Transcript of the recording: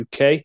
UK